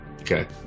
Okay